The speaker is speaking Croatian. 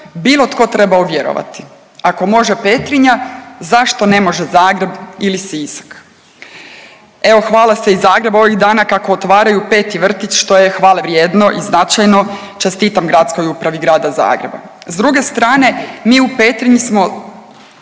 bilo tko trebao vjerovati, ako može Petrinja zašto ne može Zagreb ili Sisak? Evo hvale se iz Zagreba ovih dana kako otvaraju 5. vrtić, što je hvalevrijedno i značajno, čestitam Gradskoj upravi Grada Zagreba. S druge strane mi u Petrinji smo